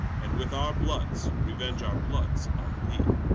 and, with our bloods, revenge our bloods on thee.